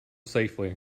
safely